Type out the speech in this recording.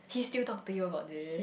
she still talk to you about this